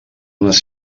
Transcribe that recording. unes